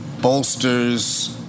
bolsters